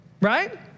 right